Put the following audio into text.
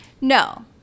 No